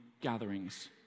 gatherings